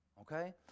okay